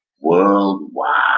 worldwide